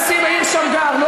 כבוד הנשיא מאיר שמגר,